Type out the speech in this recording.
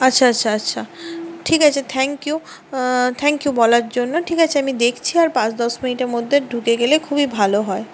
আচ্ছা আচ্ছা আচ্ছা ঠিক আছে থ্যাঙ্ক ইউ থ্যাঙ্ক ইউ বলার জন্য ঠিক আছে আমি দেখছি আর পাঁচ দশ মিনিটের মধ্যে ঢুকে গেলে খুবই ভালো হয়